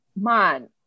man